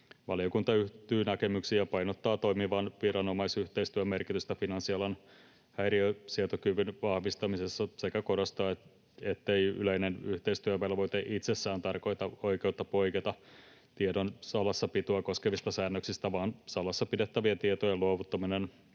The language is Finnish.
Valiokunta yhtyy näkemyksiin ja painottaa toimivan viranomaisyhteistyön merkitystä finanssialan häiriönsietokyvyn vahvistamisessa sekä korostaa, ettei yleinen yhteistyövelvoite itsessään tarkoita oikeutta poiketa tiedon salassapitoa koskevista säännöksistä, vaan salassa pidettävien tietojen luovuttaminen